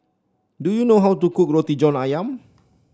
do you know how to cook Roti John ayam